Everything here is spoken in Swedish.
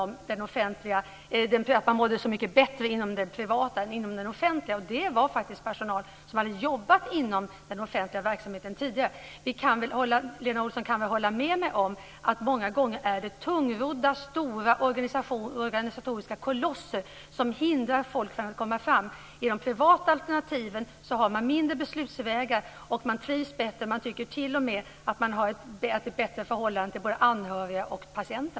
Man mår så mycket bättre inom den privata verksamheten än inom den offentliga. Det gäller då personal som tidigare jobbat inom den offentliga verksamheten. Lena Olsson kan väl hålla med mig om att det många gånger är fråga om tungrodda stora organisatoriska kolosser som hindrar folk från att komma fram. Vad gäller de privata alternativen är det kortare beslutsvägar. Man trivs bättre och tycker t.o.m. att man har ett bättre förhållande till både anhöriga och patienter.